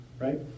right